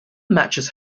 matches